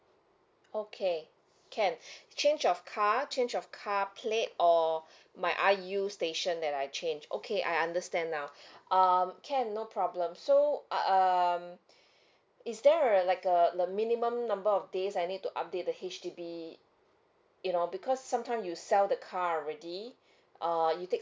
okay can change of car change of car plate or my I_U station that I change okay I understand now um can no problem so um is there a like a the minimum number of days I need to update the H_D_B you know because sometime you sell the car already uh you take